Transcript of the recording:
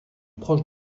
proche